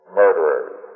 murderers